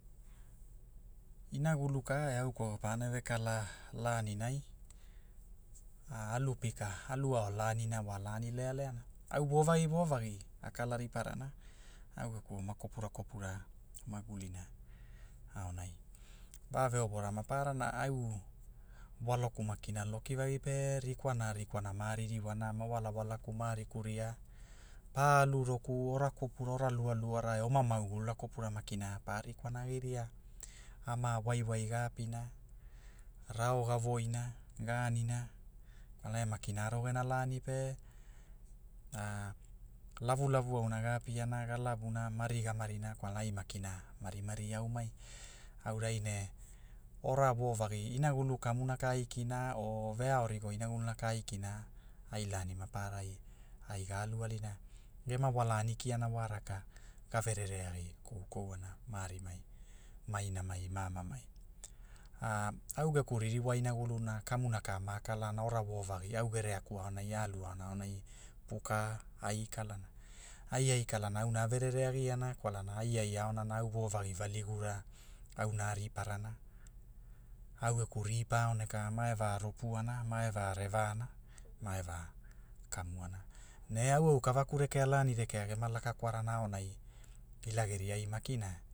Inagulu ka e au au kwaua panevekala, laninai, a alu pika aluao lanina wa lani lealeana, au wovagi wovagi, a kala riparana, au geku oma kopurakopura magulina, aonai, vave owora mapararana au, walokuna maki loki vagi pe rikwana rikwana maa ririwara ma walawalaku ma ariku ria, pa alu roku ora kopura ora lualuara e oma maugulura kopura makina pa rikwana agiria, ama waiwai ga apina, rao ga voina ga anina, kwalna e maki aro gena lani pe, lavulavu auna ga apiana ga lavuna mari ga marina kwalna ai maki marimari aumai, aurai ne, ora vovagi inagulu kumuna ka aikina o ve aorigo inaguluna ka aikina, ai lani maparai, al ga alu alina, gema walani kiana wa raka, gaverere agi koukouana ma ari mai, ma inamai ma amamai, au geku ririwa inaguluna kamuna ka ma kalana ora vovagi, au gere aku aunai a alu aona aonai, puka, puka ai kalana, aiai kalana auna a verereagiana kwalana aiai aonana au vovagi valigura, auna a riparana, au geku ripa aoneka ma e va ropuana ma e va revana, ma e va, kamuana. Ne au aukavaku rekea lani rekea gema laka kwarana aonai. ila geriai makina